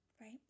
Right